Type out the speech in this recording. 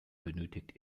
benötigt